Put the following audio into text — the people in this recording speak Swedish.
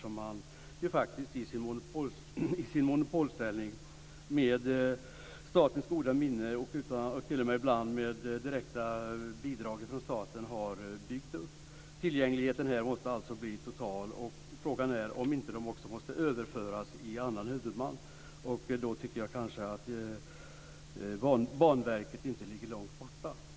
Den har ju SJ faktiskt i sin monopolställning med statens goda minne - ibland har man t.o.m. fått direkta bidrag från staten - byggt upp. Tillgängligheten måste alltså bli total. Frågan är om detta inte måste överföras till en annan huvudman. Då tycker jag inte att Banverket ligger långt borta.